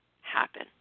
happen